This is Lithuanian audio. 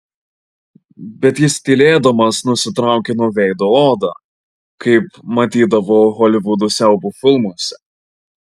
bet jis tylėdamas nusitraukė nuo veido odą kaip matydavau holivudo siaubo filmuose